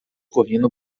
correndo